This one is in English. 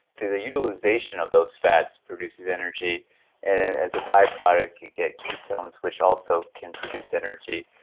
the the utilisation of those fats produces energy and as a by-product you get ketones which also can produce energy,